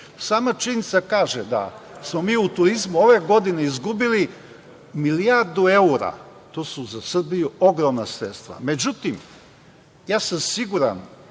činjenica kaže da smo mi u turizmu ove godine izgubili milijardu evra. To su za Srbiju ogromna sredstva. Međutim, siguran